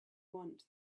want